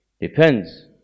depends